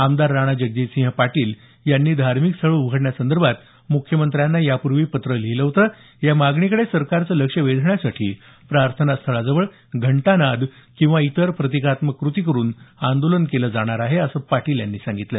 आमदार राणा जगजीतसिंह पाटील यांनी धार्मिकस्थळं उघडण्यासंदर्भात मुख्यमंत्र्यांनी यापूर्वी पत्र लिहिलं होतं या मागणीकडे सरकारचं लक्ष वेधण्यासाठी प्रार्थनास्थळाजवळ घंटानाद किंवा इतर प्रतिकात्मक कृती करून आंदोलन केलं जाणार आहे असं पाटील यांनी सांगितलं